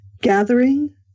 gathering